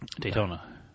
Daytona